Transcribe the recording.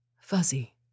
fuzzy